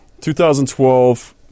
2012